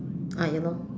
ah ya lor